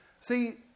See